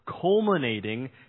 culminating